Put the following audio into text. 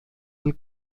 del